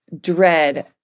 dread